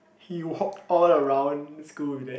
he hopped all around school with that